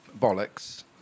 bollocks